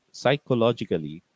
psychologically